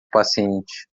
paciente